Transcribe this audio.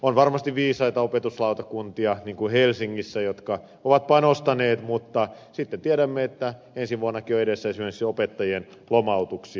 on varmasti viisaita opetuslautakuntia niin kuin helsingissä jotka ovat panostaneet mutta sitten tiedämme että ensi vuonnakin on edessä esimerkiksi opettajien lomautuksia